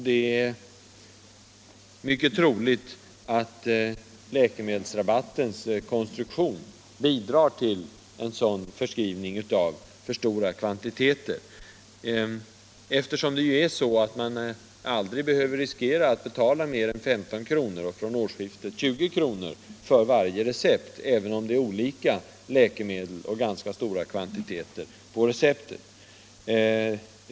Det är mycket troligt att läkemedelsrabattens konstruktion bidrar till en sådan förskrivning av för stora kvantiteter, eftersom man aldrig behöver riskera att betala mer än 15 kr., från årsskiftet 20 kr., för varje recept även om det är olika läkemedel och ganska stora kvantiteter på receptet.